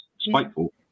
spiteful